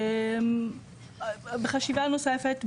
בחשיבה נוספת,